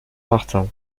martin